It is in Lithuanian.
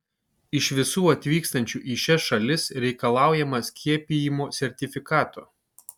iš visų atvykstančių į šias šalis reikalaujama skiepijimo sertifikato